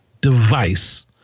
device